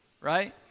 right